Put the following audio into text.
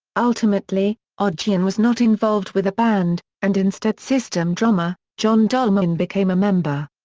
ultimately, odadjian was not involved with the band, and instead system drummer, john dolmayan became a member.